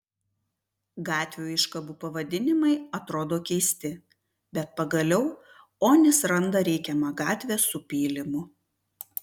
gatvių iškabų pavadinimai atrodo keisti bet pagaliau onis randa reikiamą gatvę su pylimu